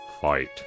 fight